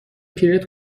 پیرت